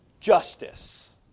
justice